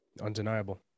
undeniable